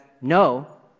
No